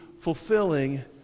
fulfilling